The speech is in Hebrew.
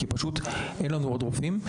כי פשוט אין לנו עוד רופאים.